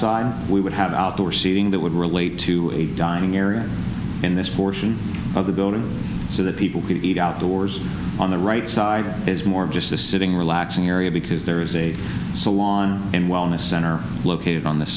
and we would have outdoor seating that would relate to a dining area in this portion of the building so that people can eat outdoors on the right side it is more of just the sitting relaxing area because there is a so on and wellness center located on th